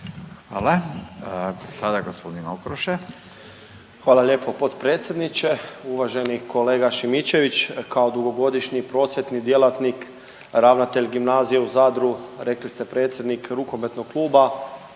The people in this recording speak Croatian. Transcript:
**Okroša, Tomislav (HDZ)** Hvala lijepo potpredsjedniče. Uvaženi kolega Šimičević, kao dugogodišnji prosvjetni djelatnik, ravnatelj Gimnazije u Zadru, rekli ste predsjednik rukometnog kluba